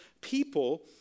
people